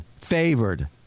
favored